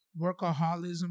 workaholism